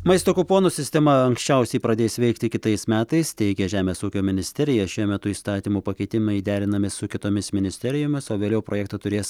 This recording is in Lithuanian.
maisto kuponų sistema anksčiausiai pradės veikti kitais metais teigia žemės ūkio ministerija šiuo metu įstatymo pakeitimai derinami su kitomis ministerijomis o vėliau projektą turės